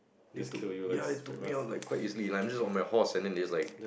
they took ya they took me out like quite easily like I'm just on my horse and then they just like